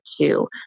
two